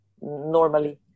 normally